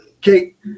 Kate